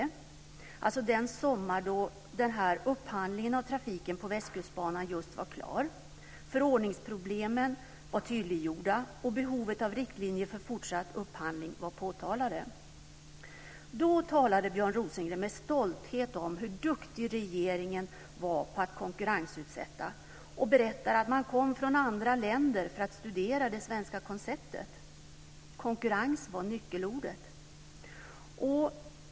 Det var alltså den sommar då upphandlingen av trafiken på Västkustbanan just var klar. Förordningsproblemen var tydliggjorda och behovet av riktlinjer för fortsatt upphandling var påtalat. Då talade Björn Rosengren med stolthet om hur duktig regeringen var på att konkurrensutsätta. Han berättade att man kom från andra länder för att studera det svenska konceptet. Konkurrens var nyckelordet.